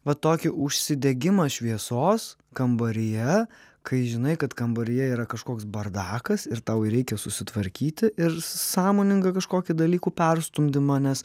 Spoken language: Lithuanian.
va tokį užsidegimą šviesos kambaryje kai žinai kad kambaryje yra kažkoks bardakas ir tau jį reikia susitvarkyti ir sąmoningą kažkokį dalykų perstumdymą nes